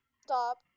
stop